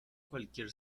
cualquier